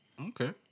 Okay